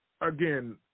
Again